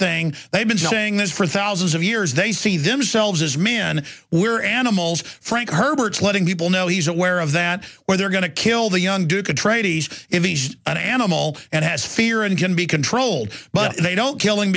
thing they've been saying this for thousands of years they see themselves as men we're animals frank herbert's letting people know he's aware of that when they're going to kill the young duca trade if he's an animal and has fear and can be controlled but they don't kill him